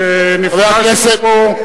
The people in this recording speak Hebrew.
כשנפגשנו פה,